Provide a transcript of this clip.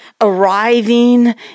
Arriving